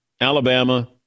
Alabama